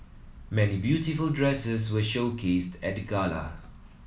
many beautiful dresses were showcased at the gala